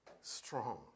strong